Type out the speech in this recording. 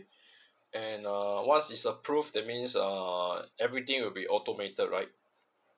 and uh once its approved that means uh everything will be automated right